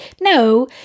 No